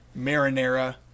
Marinara